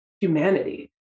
humanity